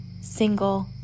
single